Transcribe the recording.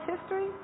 history